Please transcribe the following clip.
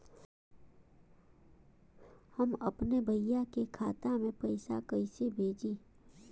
हम अपने भईया के खाता में पैसा कईसे भेजी?